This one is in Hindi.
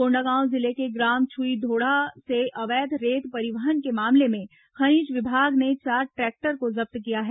कोंडागांव जिले के ग्राम छुईधोड़ा से अवैध रेत परिवहन के मामले में खनिज विभाग ने चार ट्रैक्टर को जब्त किया है